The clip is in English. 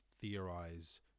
theorize